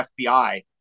FBI